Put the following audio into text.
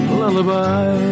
lullaby